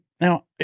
Now